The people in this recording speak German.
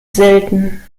selten